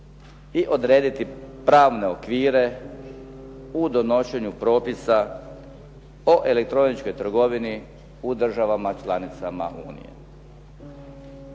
i odrediti pravne okvire u donošenju propisa o elektroničkoj trgovini u državama članica Unije.